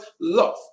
love